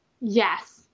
Yes